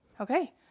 Okay